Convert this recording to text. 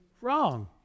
wrong